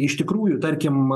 iš tikrųjų tarkim